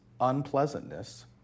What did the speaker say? unpleasantness